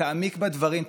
תעמיק בדברים,